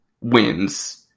wins